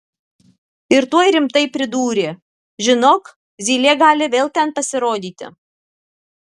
ir tuoj rimtai pridūrė žinok zylė gali vėl ten pasirodyti